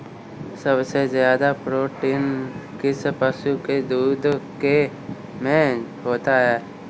सबसे ज्यादा प्रोटीन किस पशु के दूध में होता है?